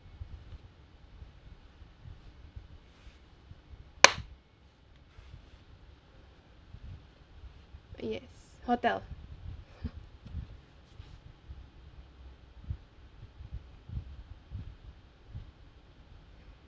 yes hotel